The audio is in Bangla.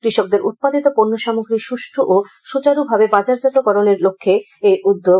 কৃষকদের উৎপাদিত পণ্য সামগ্রী সুষ্ঠু ও সুচারুভাবে বাজারজাতকরণের লক্ষে এই উদ্যোগ